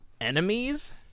enemies